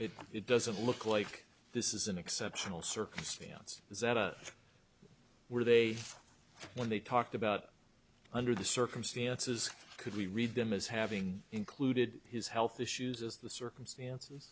know it doesn't look like this is an exceptional circumstance that were they when they talked about under the circumstances could we read them as having included his health issues as the circumstances